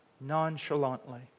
nonchalantly